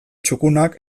txukunak